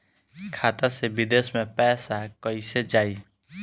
खाता से विदेश मे पैसा कईसे जाई?